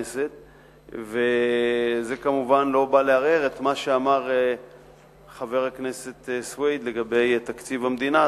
זה כמובן לא בא לערער את מה שאמר חבר הכנסת סוייד לגבי תקציב המדינה,